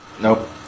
Nope